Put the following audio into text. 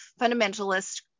fundamentalist